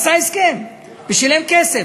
עשה הסכם ושילם כסף.